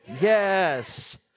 Yes